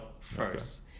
first